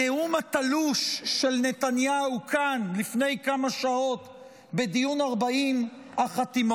הנאום התלוש של נתניהו כאן לפני כמה שעות בדיון 40 החתימות,